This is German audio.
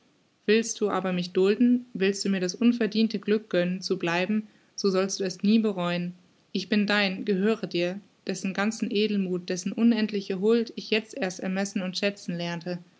willst du aber mich dulden willst du mir das unverdiente glück gönnen zu bleiben so sollst du es nie bereuen ich bin dein gehöre dir dessen ganzen edelmuth dessen unendliche huld ich jetzt erst ermessen und schätzen lernte